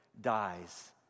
dies